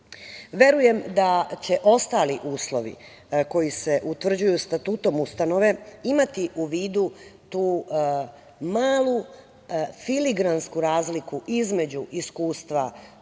da će ostali uslovi koji se utvrđuju statutom ustanove imati u vidu tu malu, filigransku razliku između iskustva